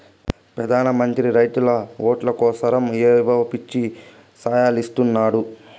పెదాన మంత్రి రైతుల ఓట్లు కోసరమ్ ఏయో పిచ్చి సాయలిస్తున్నాడు